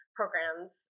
programs